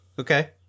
Okay